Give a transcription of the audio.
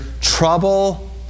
trouble